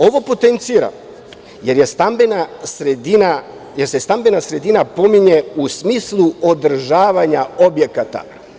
Ovo potenciram, jer se stambena sredina pominje u smislu održavanja objekata.